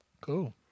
cool